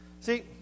See